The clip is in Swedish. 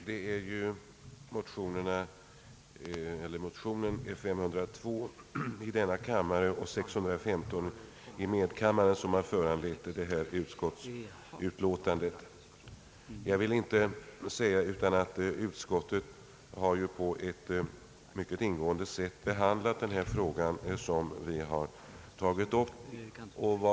Herr talman! De likalydande motionerna I:502 och II: 615 har föranlett detta utskottsutlåtande. Jag vill inte säga annat än att utskottet på ett mycket ingående sätt har behandlat den fråga som vi har tagit upp i motionerna.